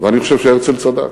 ואני חושב שהרצל צדק.